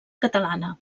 catalana